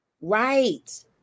Right